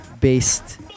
Based